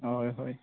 অঁ হয় হয়